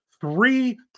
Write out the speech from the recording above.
three